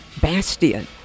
bastion